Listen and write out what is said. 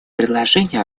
предложение